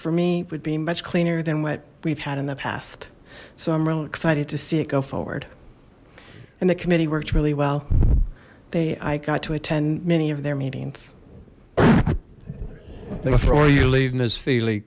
for me would be much cleaner than what we've had in the past so i'm real excited to see it go forward and the committee worked really well they i got to attend many of their meetings